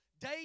day